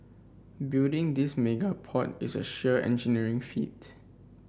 building this mega port is a sheer engineering feat